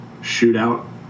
shootout